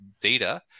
data